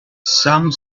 some